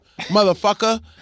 motherfucker